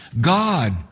God